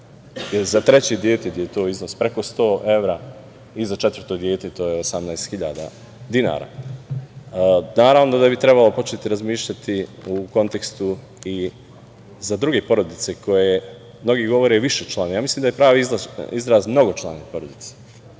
za treće dete gde je iznos preko 100 evra i za četvrto dete, 18 hiljada dinara. Naravno da bi trebalo početi razmišljati u kontekstu i za druge porodice, mnogi govore "višečlane", a ja mislim da je pravi izraz "mnogočlane" porodice,